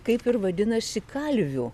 kaip ir vadinasi kalvių